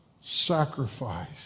sacrifice